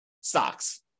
stocks